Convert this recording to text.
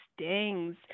stings